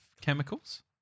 chemicals